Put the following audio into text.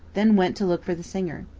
then went to look for the singer.